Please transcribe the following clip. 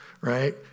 right